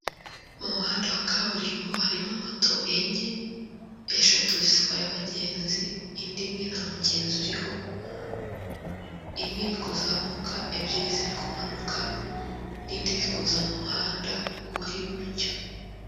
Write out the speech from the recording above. Mu muhanda wa kaburimbo harimo moto enye, eshatu zitwaye abagenzi, indi imwe nta mugenzi uriho, imwe iri kuzamuka, ebyiri ziri kumanuka n'indi iri kuza mu muhanda uri iburyo.